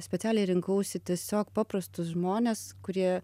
specialiai rinkausi tiesiog paprastus žmones kurie